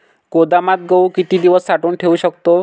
गोदामात गहू किती दिवस साठवून ठेवू शकतो?